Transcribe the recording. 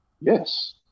Yes